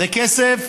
זה כסף